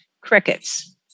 crickets